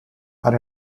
are